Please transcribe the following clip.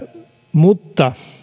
mutta